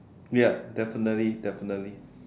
ya definitely definitely